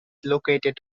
located